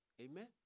Amen